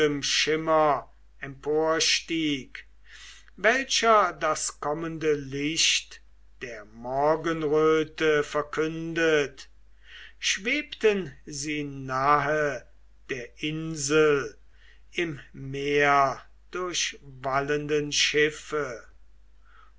schimmer emporstieg welcher das kommende licht der morgenröte verkündet schwebten sie nahe der insel im meerdurchwallenden schiffe